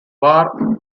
barre